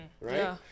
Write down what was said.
right